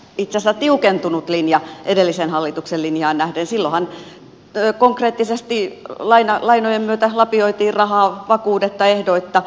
itse asiassa tiukentunut linja edellisen hallituksen linjaan nähden silloinhan konkreettisesti lainojen myötä lapioitiin rahaa vakuudetta ehdoitta